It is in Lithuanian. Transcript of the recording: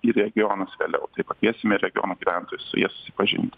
į regionus vėliau tai pakviesime ir regionų gyventojus su ja susipažinti